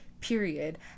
period